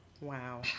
wow